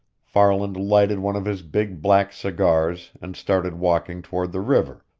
farland lighted one of his big, black cigars and started walking toward the river,